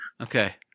Okay